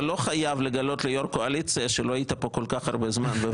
אתה לא חייב לגלות ליושב-ראש הקואליציה שלא היית בוועדה כל כך הרבה זמן.